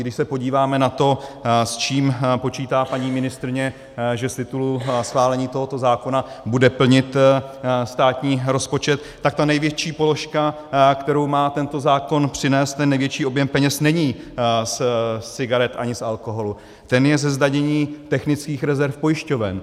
Když se podíváme na to, s čím počítá paní ministryně, že z titulu schválení tohoto zákona bude plnit státní rozpočet, tak ta největší položka, kterou má tento zákon přinést, ten největší objem peněz není z cigaret ani alkoholu, ten je ze zdanění technických rezerv pojišťoven.